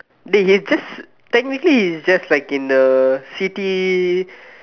dey he just technically it's just like in the city